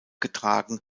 getragen